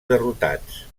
derrotats